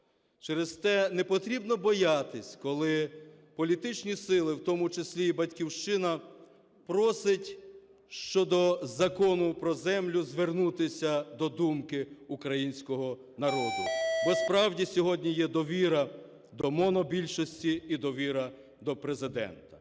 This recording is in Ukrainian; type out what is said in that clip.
Через те не потрібно боятися, коли політичні сили, в тому числі і "Батьківщина", просить щодо Закону про землю звернутися до думки українського народу, бо справді сьогодні є довіра до монобільшості і довіра до Президента.